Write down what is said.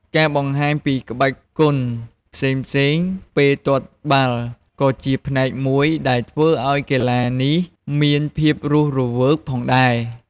ការបង្ហាញពីក្បាច់គុនផ្សេងៗពេលទាត់បាល់ ក៏ជាផ្នែកមួយដែលធ្វើឲ្យកីឡានេះមានភាពរស់រវើកផងដែរ។